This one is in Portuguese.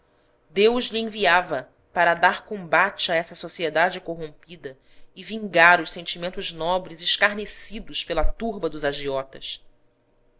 deus lhe enviava para dar combate a essa sociedade corrompida e vingar os sentimentos nobres escarnecidos pela turba dos agiotas